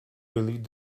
believed